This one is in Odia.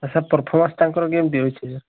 ଆ ସାର୍ ପର୍ଫମାନ୍ସ ତାଙ୍କର କେମିତି ଅଛି ସାର୍